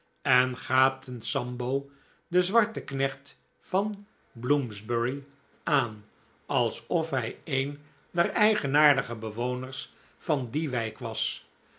en gaapten sambo den zwarten knecht van bloomsbury aan alsof hij een der eigenaardige bewoners van die wijk was